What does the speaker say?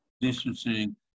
distancing